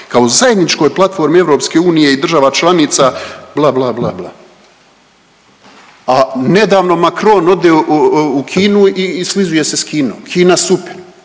kao zajedničkog platformi EU i država članica, bla, bla, bla, bla. A nedavno Macron ode u Kinu i slizuje se s Kinom, Kina super.